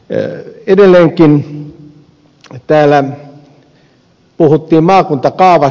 edelleenkin täällä puhuttiin maakuntakaavasta tai ed